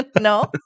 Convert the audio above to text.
No